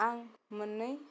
आं मोन्नै